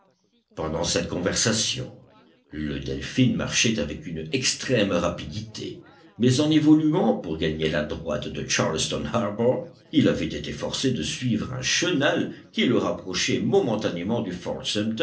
pendant cette conversation le delphin marchait avec une extrême rapidité mais en évoluant pour gagner la droite de charleston harbour il avait été forcé de suivre un chenal qui le rapprochait momentanément du